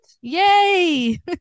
Yay